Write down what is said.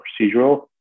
procedural